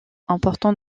important